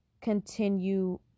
continue